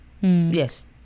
yes